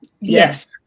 yes